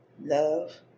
love